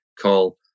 call